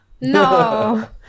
No